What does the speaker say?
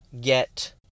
get